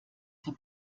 dem